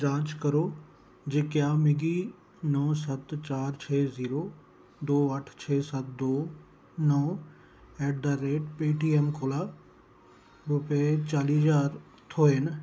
जांच करो जे क्या मिगी नौ सत्त चार छे जीरो दो अट्ठ छे सत्त दो नौ ऐट द रेट पेऽटीऐम कोला रपेऽ चाली ज्हार थ्होए न